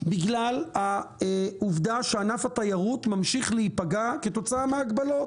בגלל העובדה שענף התיירות ממשיך להיפגע כתוצאה מההגבלות?